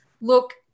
look